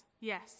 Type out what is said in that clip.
Yes